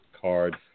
card